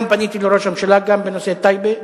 היום פניתי לראש הממשלה גם בנושא טייבה.